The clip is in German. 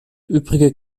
übrige